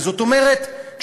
זאת אומרת,